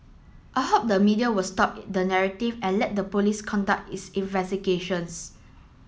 I hope the media will stop the narrative and let the police conduct its investigations